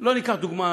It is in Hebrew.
לא ניקח דוגמה